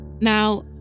Now